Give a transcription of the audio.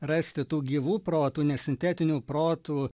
rasti tų gyvų protų nesintetinių protų